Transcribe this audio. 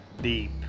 Deep